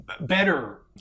better